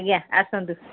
ଆଜ୍ଞା ଆସନ୍ତୁ